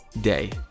day